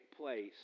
place